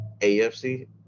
AFC